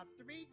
three